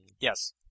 Yes